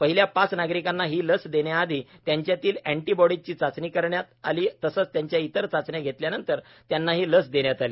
पहिल्या पाच नागरिकांना ही लस देण्याआधी त्याच्यातील अँटीबाँडीची चाचणी करण्यात आली तसंच त्याच्या इतर चाचण्या घेतल्यानंतर त्यांना ही लस देण्यात आली